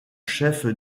chef